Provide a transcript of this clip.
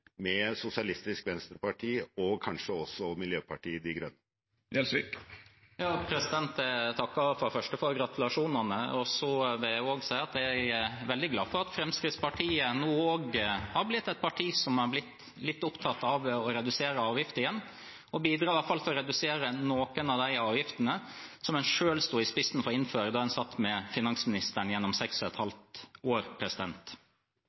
med Sosialistisk Venstreparti og kanskje også Miljøpartiet De Grønne? Jeg takker for det første for gratulasjonene. Jeg vil også si at jeg er veldig glad for at Fremskrittspartiet nå har blitt et parti som igjen er litt opptatt av å redusere avgifter, og i hvert fall bidrar til å redusere noen av de avgiftene som en selv sto i spissen for å innføre da en satt med finansministeren gjennom seks og et halvt år.